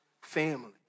family